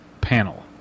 panel